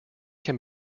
can